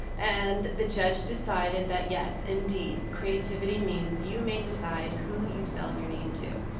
and the judge decided that, yes, indeed. creativity means you may decided who you sell your name to.